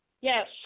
Yes